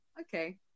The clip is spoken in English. okay